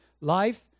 life